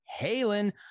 Halen